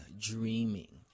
dreaming